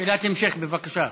שאלת המשך, בבקשה.